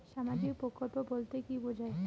সামাজিক প্রকল্প বলতে কি বোঝায়?